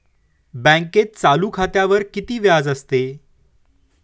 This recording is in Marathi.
बँकेत चालू खात्यावर किती व्याज असते?